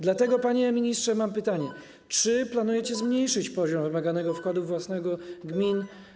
Dlatego, panie ministrze, mam pytanie: Czy planujecie zmniejszyć poziom wymaganego wkładu własnego gmin?